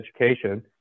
education